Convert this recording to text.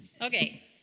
Okay